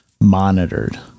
monitored